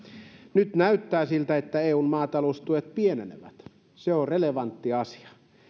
nyt näyttää siltä että eun maataloustuet pienenevät se on relevantti asia